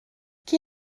qui